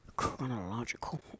chronological